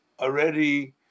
already